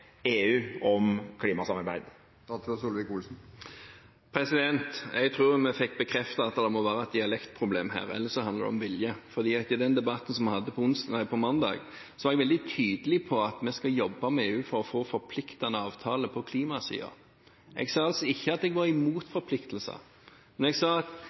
EU om klimasamarbeid? Jeg tror vi fikk bekreftet at det må være et dialektproblem her, eller så handler det om vilje, for i den debatten vi hadde på mandag, var jeg veldig tydelig på at vi skal jobbe med EU for å få en forpliktende avtale på klimasiden. Jeg sa altså ikke at jeg var imot forpliktelser. Jeg sa